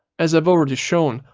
as i've already shown,